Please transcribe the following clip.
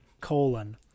colon